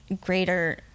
greater